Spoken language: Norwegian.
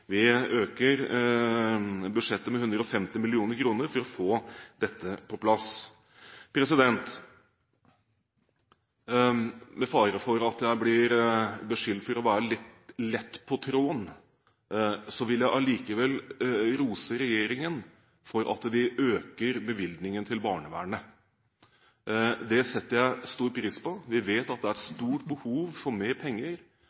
øker budsjettet med 150 mill. kr for å få dette på plass. Med fare for at jeg blir beskyldt for å være litt lett på tråden, vil jeg allikevel rose regjeringen for at de øker bevilgningen til barnevernet. Det setter jeg stor pris på. Vi vet at det er stort behov for mer penger